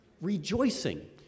rejoicing